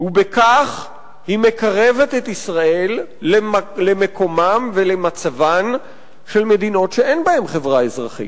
ובכך היא מקרבת את ישראל למקומן ולמצבן של מדינות שאין בהן חברה אזרחית.